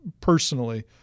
personally